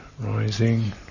rising